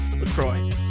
LaCroix